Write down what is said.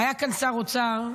היה כאן שר אוצר,